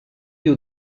you